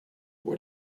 what